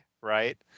right